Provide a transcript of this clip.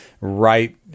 right